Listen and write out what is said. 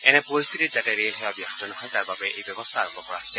এনে পৰিস্থিতিত যাতে ৰেল সেৱা ব্যাহত নহয় তাৰ বাবে এই ব্যৱস্থা আৰম্ভ কৰা হৈছে